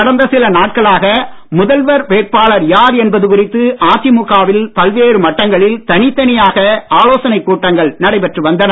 கடந்த சில நாட்களாக முதல்வர் வேட்பாளர் யார் என்பது குறித்து அதிமுக வில் பல்வேறு மட்டங்களில் தனித்தனியாக ஆலோசனைக் கூட்டங்கள் நடைபெற்று வந்தன